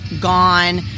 gone